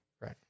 Right